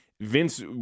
Vince